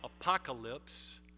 apocalypse